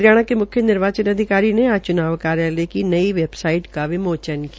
हरियाणा के मुख्य निर्वाचन अधिकारी ने आज चुनाव कार्यालय की नई बेवसाइट का विमोचन किया